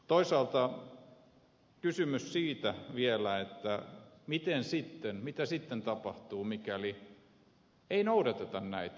toisaalta tulee kysymys siitä vielä mitä sitten tapahtuu mikäli ei noudateta näitä linjauksia